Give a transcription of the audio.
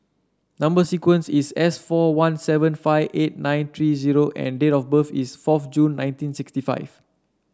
number sequence is S four one seven five eight nine three zero and date of birth is fourth June nineteen sixty five